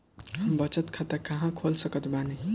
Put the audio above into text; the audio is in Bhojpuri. हम बचत खाता कहां खोल सकत बानी?